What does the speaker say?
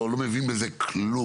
אני לא מבין בזה כלום,